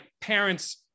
parents